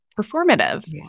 performative